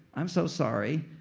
i'm so sorry.